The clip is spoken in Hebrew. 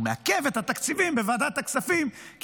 הוא מעכב את התקציבים בוועדת הכספים כי